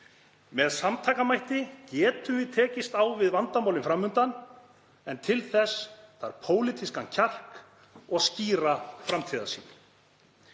Með samtakamætti getum við tekist á við vandamálin fram undan en til þess þarf pólitískan kjark og skýra framtíðarsýn.